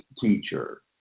teacher